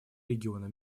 региона